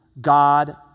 God